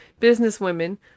businesswomen